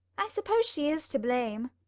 i suppose she is to blame.